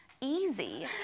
easy